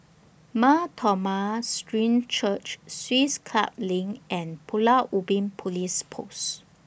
Mar Thoma Syrian Church Swiss Club LINK and Pulau Ubin Police Post